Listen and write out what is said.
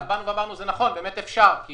אמרנו שזה נכון, באמת אפשר -- כי